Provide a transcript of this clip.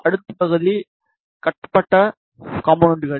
அடுத்த பகுதி கட்டப்பட்ட காம்போனென்ட்கள்